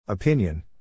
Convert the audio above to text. Opinion